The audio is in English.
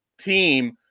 team